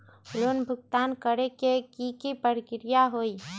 Loan भुगतान करे के की की प्रक्रिया होई?